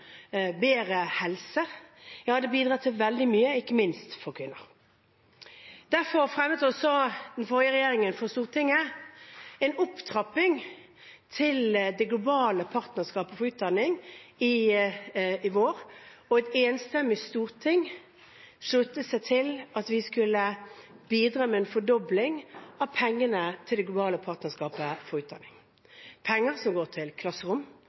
bedre helse. Ja, det bidrar til veldig mye, ikke minst for kvinner. Derfor fremmet også den forrige regjeringen for Stortinget en opptrapping til Det globale partnerskapet for utdanning i vår, og et enstemmig storting sluttet seg til at vi skulle bidra med en fordobling av pengene til Det globale partnerskapet for utdanning – penger som går til klasserom,